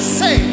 say